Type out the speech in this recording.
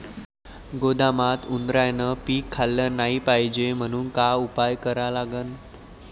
गोदामात उंदरायनं पीक खाल्लं नाही पायजे म्हनून का उपाय करा लागन?